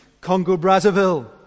Congo-Brazzaville